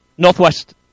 Northwest